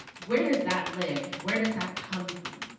where does that live? where does that come from?